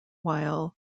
weil